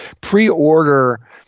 Pre-order